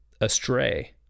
astray